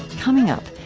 coming up,